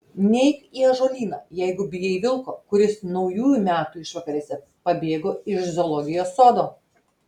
neik į ąžuolyną jeigu bijai vilko kuris naujųjų metų išvakarėse pabėgo iš zoologijos sodo